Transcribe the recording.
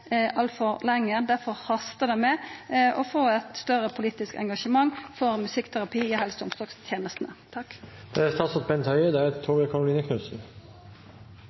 altfor lenge. Difor hastar det med å få eit større politisk engasjement for musikkterapi i helse- og omsorgstenestene. Det er